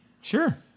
Sure